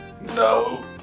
No